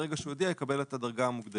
ברגע שהוא יודיע הוא יקבל את הסכום המוגדל.